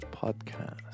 Podcast